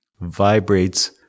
vibrates